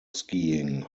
skiing